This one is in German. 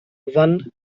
wann